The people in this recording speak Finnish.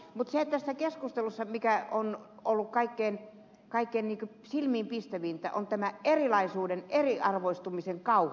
mutta se mikä tässä keskustelussa on ollut kaikkein silmiin pistävintä on tämä erilaisuuden eriarvoistumisen kauhu